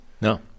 no